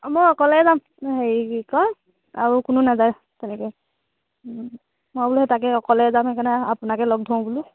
অঁ মই অকলে যাম হেৰি কি কয় আৰু কোনো নাযায় তেনেকে মই বোলো তাকে অকলে যাম সেইকাৰণে আপোনাকে লগ ধৰো বোলো